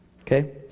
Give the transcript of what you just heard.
Okay